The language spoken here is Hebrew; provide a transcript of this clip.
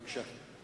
בבקשה.